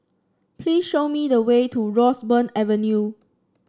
please show me the way to Roseburn Avenue